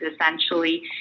essentially